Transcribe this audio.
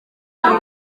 ari